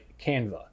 canva